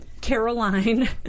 Caroline